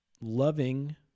loving